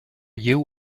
you